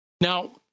Now